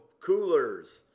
coolers